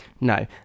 No